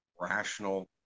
rational